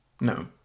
no